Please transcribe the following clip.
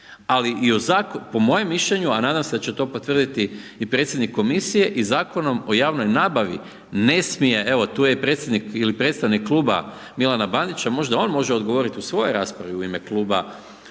ali i o, po mojem mišljenju, a nadam se da će to potvrditi i predsjednik komisije i Zakonom o javnoj nabavi ne smije, evo tu je i predsjednik ili predstavnik Kluba Milana Bandića možda on može odgovoriti u svojoj raspravi u ime kluba,